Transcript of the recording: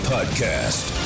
Podcast